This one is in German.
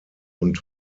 und